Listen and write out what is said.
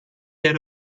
yer